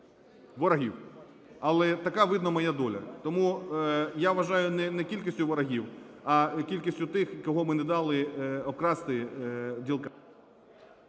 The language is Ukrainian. ворогів, але така видно моя доля. Тому, я вважаю, не кількістю ворогів, а кількістю тих, кого ми не дали обкрасти ділкам.